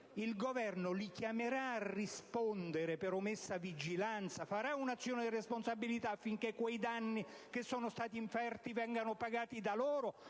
dal Governo a rispondere per omessa vigilanza? Farà un'azione di responsabilità affinché quei danni che sono stati inferti vengano pagati da loro,